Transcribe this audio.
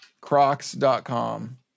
Crocs.com